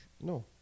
No